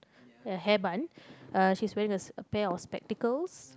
a hair bun uh she is wearing a pair of spectacles